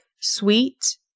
sweet